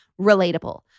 relatable